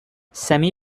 semi